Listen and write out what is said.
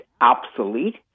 obsolete